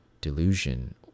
delusion